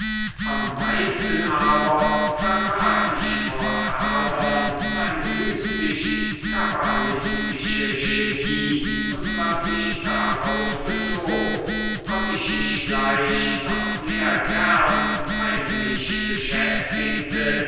am meisten aber verbarg ich vor herdern meine mystisch kabbalistische chemie und was sich darauf bezog ob ich mich gleich noch sehr gern heimlich beschäftigte